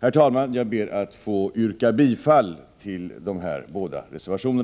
Herr talman! Jag ber att få yrka bifall till de båda reservationerna.